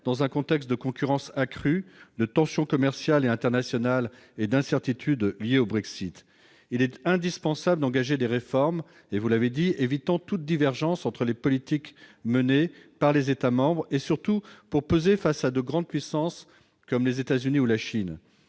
dans un contexte de concurrence accrue de tensions commerciales et internationales et d'incertitudes liées au Brexit, il est indispensable d'engager des réformes et vous l'avez dit, évitant toute divergence entre les politiques menées par les États-membres et surtout pour peser face à de grandes puissances comme les États-Unis ou la Chine,